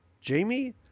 jamie